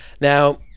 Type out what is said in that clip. Now